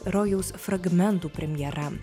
rojaus fragmentų premjera